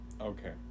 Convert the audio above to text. Okay